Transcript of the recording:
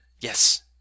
Yes